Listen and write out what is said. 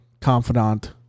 confidant